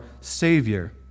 Savior